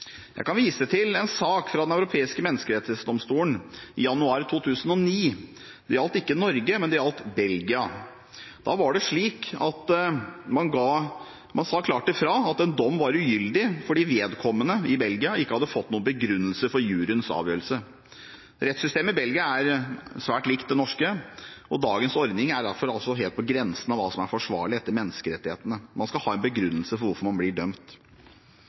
Jeg kan vise til en sak fra Den europeiske menneskerettighetsdomstolen i januar 2009. Det gjaldt ikke Norge, men det gjaldt Belgia. Der sa man klart fra om at en dom var ugyldig fordi vedkommende i Belgia ikke hadde fått noen begrunnelse for juryens avgjørelse. Rettssystemet i Belgia er svært likt det norske, og dagens ordning er derfor helt på grensen av hva som er forsvarlig etter menneskerettighetene. Man skal ha en begrunnelse for hvorfor man blir dømt.